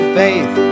faith